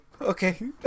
okay